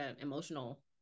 emotional